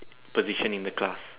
position in the class